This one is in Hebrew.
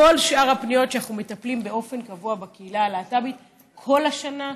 כל שאר הפניות שאנחנו מטפלים בהן באופן קבוע בקהילה הלהט"בית כל השנה,